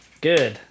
Good